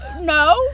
No